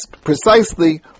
precisely